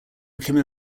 became